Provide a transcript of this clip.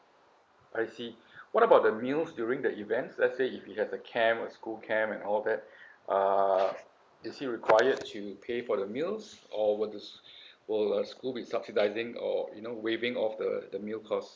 I see what about the meals during the event let's say if he has a camp a school camp and all that uh is he requires to pay for the meals or will the will the school be subsidizing or you know waiving off the the meal cast